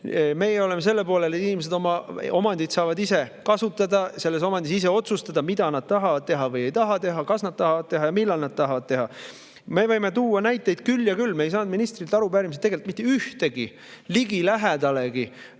Meie oleme selle poolel, et inimesed oma omandit saavad ise kasutada, selles omandis ise otsustada, mida nad tahavad teha või ei taha teha, kas nad tahavad teha ja millal nad tahavad teha. Me võime tuua näiteid küll ja küll. Me ei saanud ministrilt tegelikult mitte ühtegi ligilähedast